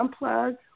unplug